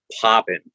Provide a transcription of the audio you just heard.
popping